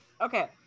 Okay